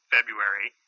February